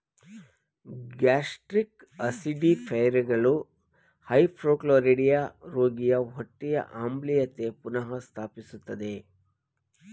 gastric ಆಸಿಡಿಫೈಯರ್ಗಳು hypochlorhydria ರೋಗಿಯ ಹೊಟ್ಟೆಯ ಆಮ್ಲೀಯತೆ ಪುನಃ ಸ್ಥಾಪಿಸ್ತದೆ